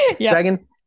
Dragon